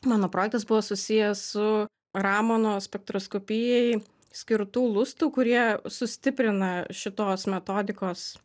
mano projektas buvo susijęs su ramano spektroskopijai skirtų lustų kurie sustiprina šitos metodikos